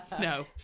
No